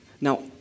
Now